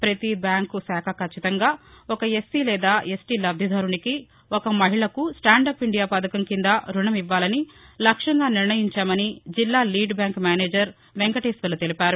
ప్రపతి బ్యాంకు శాఖ ఖచ్చితంగా ఒక ఎస్సీ లేదా ఎస్టీ లబ్దిదారునికి ఒక మహిళకు స్టాండప్ ఇండియా పథకం కింద రుణం ఇవ్వాలని లక్ష్మంగా నిర్ణయించామని జిల్లా లీడ్ బ్యాంక్ మేనేజర్ వెంకటేశ్వర్ల తెలిపారు